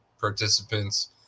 participants